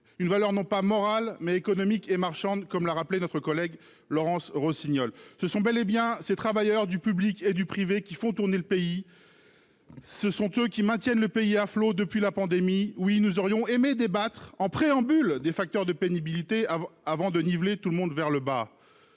une valeur non pas morale, mais économique et marchande, comme l'a rappelé notre collègue Laurence Rossignol. Ce sont bel et bien ces travailleurs du public et du privé qui font tourner le pays et le maintiennent à flot depuis la pandémie. Nous aurions aimé débattre en préambule des facteurs de pénibilité, plutôt que de niveler les droits vers le bas